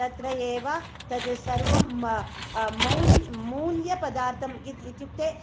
तत्र एव तद् सर्वं मूल्यपदार्थम् इत्युक्ते